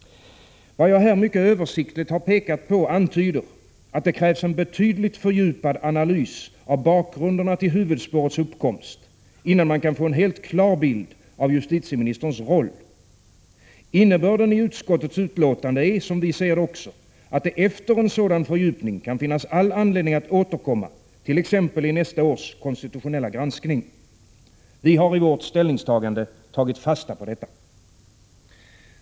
Vad jag här mycket översiktligt har pekat på antyder att det krävs en betydligt mer fördjupad analys av bakgrunderna till huvudspårets uppkomst, innan man kan få en helt klar bild av justitieministerns roll. Innebörden i utskottets betänkande är också, som vi ser det, att det efter en sådan fördjupning kan finnas all anledning att återkomma, t.ex. i nästa års konstitutionella granskning. Vi har i vårt ställningstagande tagit fasta på detta.